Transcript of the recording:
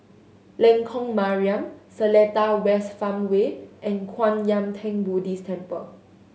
Lengkok Mariam Seletar West Farmway and Kwan Yam Theng Buddhist Temple